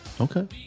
Okay